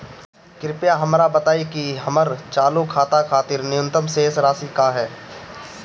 कृपया हमरा बताइं कि हमर चालू खाता खातिर न्यूनतम शेष राशि का ह